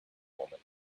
woman